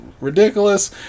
ridiculous